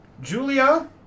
julia